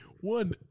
one